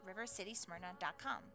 rivercitysmyrna.com